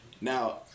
Now